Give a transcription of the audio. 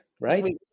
right